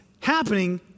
happening